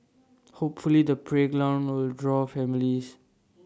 hopefully the playground will draw families